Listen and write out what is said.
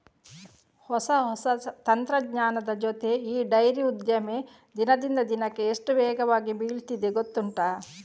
ಹೊಸ ಹೊಸ ತಂತ್ರಜ್ಞಾನದ ಜೊತೆ ಈ ಡೈರಿ ಉದ್ದಿಮೆ ದಿನದಿಂದ ದಿನಕ್ಕೆ ಎಷ್ಟು ವೇಗವಾಗಿ ಬೆಳೀತಿದೆ ಗೊತ್ತುಂಟಾ